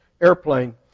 airplane